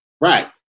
right